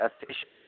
efficient